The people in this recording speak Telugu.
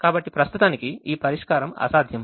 కాబట్టి ప్రస్తుతానికి ఈ పరిష్కారం అసాధ్యం